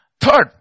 third